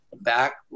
back